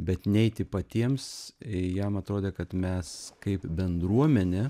bet neiti patiems jam atrodė kad mes kaip bendruomenė